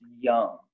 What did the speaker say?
young